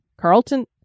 Carlton